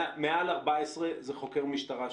מעל 14, זה חוקר משטרה שחוקר.